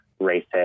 racist